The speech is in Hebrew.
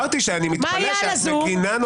אמרתי שאני מתפלא שאת מגינה.